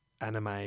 anime